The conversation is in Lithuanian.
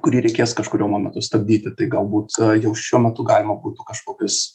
kurį reikės kažkuriuo momentu stabdyti tai galbūt jau šiuo metu galima būtų kažkokius